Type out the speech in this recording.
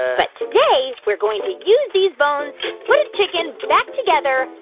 but today, we're going to use these bones chicken back together,